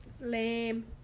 lame